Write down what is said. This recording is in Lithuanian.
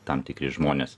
tam tikri žmonės